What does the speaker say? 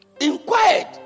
Inquired